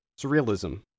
surrealism